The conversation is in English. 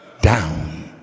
down